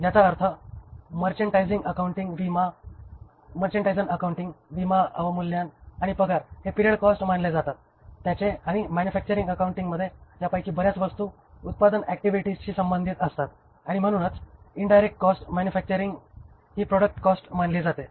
याचा अर्थ merchandising accounting विमा अवमूल्यन आणि पगार हे पिरियड कॉस्ट मानले जातात आणि मॅन्युफॅक्चरिंग अकाउंटिंगमध्ये यापैकी बर्याच वस्तू उत्पादन ऍक्टिव्हिटीजशी संबंधित असतात आणि म्हणूनच इंडिरेक्ट मॅन्युफॅक्चरिंग ही प्रॉडक्ट कॉस्ट असते